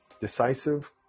decisive